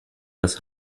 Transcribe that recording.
das